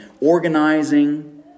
organizing